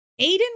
Aiden